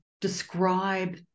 describe